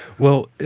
well,